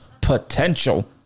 potential